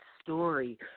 story